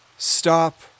Stop